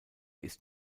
ist